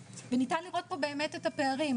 ניתן לראות פה באמת את הפערים,